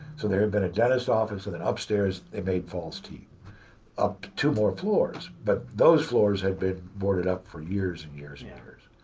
so there had been a dentist's office, and then upstairs, they made false teeth up two more floors. but those floors had been boarded up for years and years and yeah years.